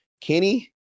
Kenny